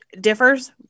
differs